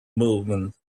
movement